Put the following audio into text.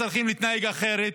אנחנו צריכים להתנהג אחרת,